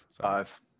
Five